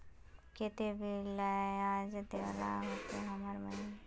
केते बियाज देल ला होते हर महीने?